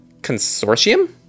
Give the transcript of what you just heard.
Consortium